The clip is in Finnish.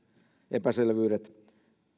epäselvyydet